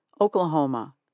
Oklahoma